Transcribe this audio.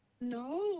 No